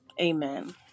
Amen